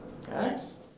Thanks